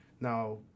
now